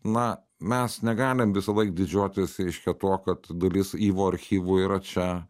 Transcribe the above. na mes negalim visąlaik didžiuotis reiškia tuo kad dalis yivo archyvų yra čia